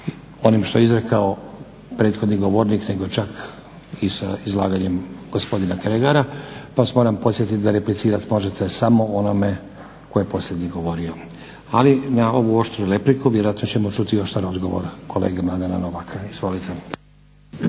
onim što je izrekao prethodni govornik nego čak i sa izlaganjem gospodina Kregara pa vas moram podsjetit da replicirat možete samo onome tko je posljednji govorio. Ali na ovu oštru repliku vjerojatno ćemo čuti i oštar odgovor kolege Mladena Novaka. Izvolite.